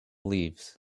leaves